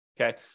okay